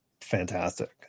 Fantastic